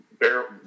barrel